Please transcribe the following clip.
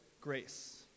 grace